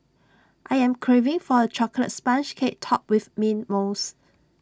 I am craving for A Chocolate Sponge Cake Topped with Mint Mousse